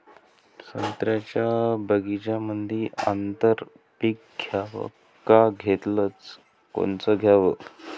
संत्र्याच्या बगीच्यामंदी आंतर पीक घ्याव का घेतलं च कोनचं घ्याव?